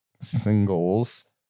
singles